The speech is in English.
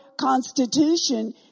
Constitution